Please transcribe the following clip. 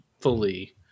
fully